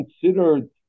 considered